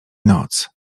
noc